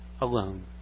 alone